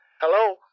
Hello